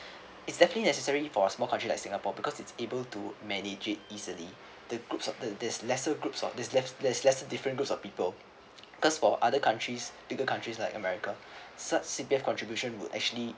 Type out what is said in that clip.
it's definitely necessary for a small country like singapore because it's able to manage it easily the group of uh that's lesser groups of this there's lesser different groups of people because for other countries bigger countries like america such C_P_F contribution would actually